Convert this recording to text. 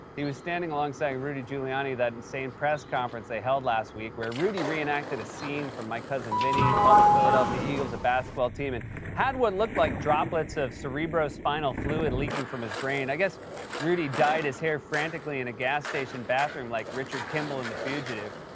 he was standing alongside rudy giuliani at that insane press conference they held last week where rudy re-enacted a scene from my cousin vinny and called the philadelphia eagles a basketball team and had what looked like droplets of cerebrospinal and leaking from his brain. i guess rudy dyed his hair frantically in a gas station bathroom like richard kimball in the fugitive.